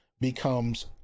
becomes